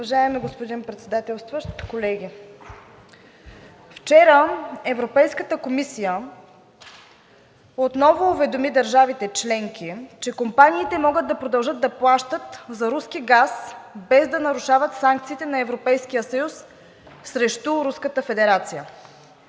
Уважаеми господин Председател, колеги! Вчера Европейската комисия отново уведоми държавите членки, че компаниите могат да продължат да плащат за руски газ, без да нарушават санкциите на Европейския съюз срещу